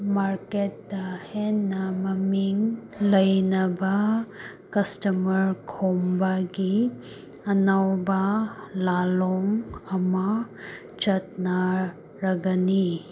ꯃꯥꯔꯀꯦꯠꯇ ꯍꯦꯟꯅ ꯃꯃꯤꯡ ꯂꯩꯅꯕ ꯀꯁꯇꯃꯔ ꯈꯣꯝꯕꯒꯤ ꯑꯅꯧꯕ ꯂꯥꯟꯂꯣꯡ ꯑꯃ ꯆꯠꯅꯔꯒꯅꯤ